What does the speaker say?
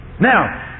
Now